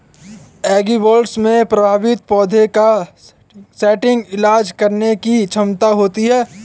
agribots में प्रभावित पौधे का सटीक इलाज करने की क्षमता होती है